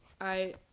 I-